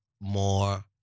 more